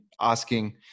asking